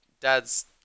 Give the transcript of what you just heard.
dad's